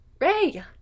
Ray